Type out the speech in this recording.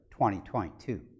2022